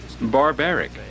barbaric